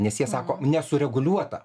nes jie sako nesureguliuota